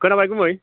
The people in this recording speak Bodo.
खोनाबाय गुमै